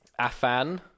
Afan